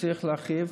צריך להרחיב,